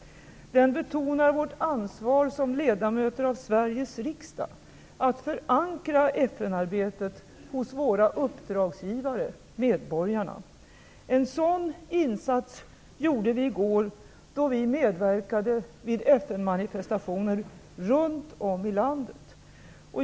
Den betonar vårt ansvar som ledamöter av Sveriges riksdag att förankra FN-arbetet hos våra uppdragsgivare - medborgarna. En sådan insats gjorde vi i går då vi medverkade vid FN manifestationer runt om i landet.